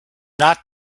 not